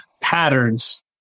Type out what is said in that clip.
patterns